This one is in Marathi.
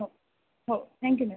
हो हो थँक्यू मॅम